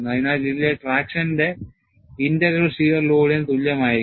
അതിനാൽ ഇതിലെ ട്രാക്ഷന്റെ integral shear ലോഡിന് തുല്യമായിരിക്കും